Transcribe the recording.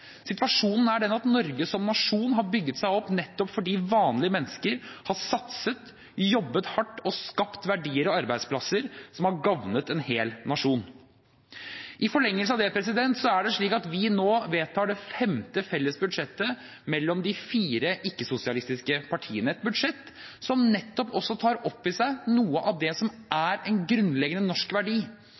Situasjonen er den at Norge som nasjon har bygget seg opp, nettopp fordi vanlige mennesker har satset, jobbet hardt og skapt verdier og arbeidsplasser som har gagnet en hel nasjon. I forlengelsen av det vedtar vi nå det femte felles budsjettet mellom de fire ikke-sosialistiske partiene, et budsjett som nettopp tar opp i seg noe av det som er en grunnleggende norsk verdi: